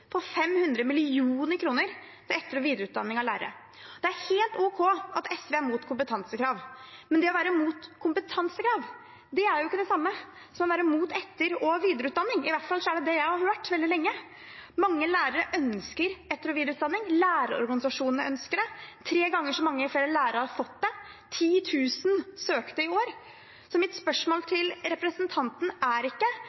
på 500 mill. kr til etter- og videreutdanning av lærere. Det er helt ok at SV er imot kompetansekrav, men å være imot kompetansekrav er ikke det samme som å være imot etter- og videreutdanning – i hvert fall er det det jeg har hørt veldig lenge. Mange lærere ønsker etter- og videreutdanning, lærerorganisasjonene ønsker det, tre ganger så mange flere lærere har fått det, 10 000 søkte i år. Så mitt spørsmål til representanten Fagerås er ikke